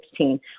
2016